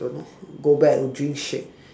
don't know go back drink shake